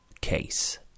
case